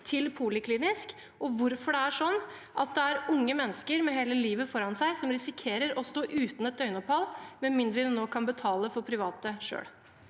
til poliklinisk, og hvorfor det er sånn at det er unge mennesker med hele livet foran seg som risikerer å stå uten et døgnopphold, med mindre de selv kan betale for private.